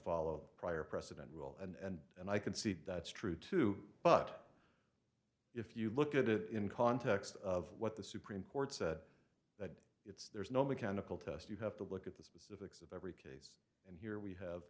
follow a prior precedent rule and and i can see that that's true too but if you look at it in context of what the supreme court said it's there's no mechanical test you have to look at the specifics of every case and here we have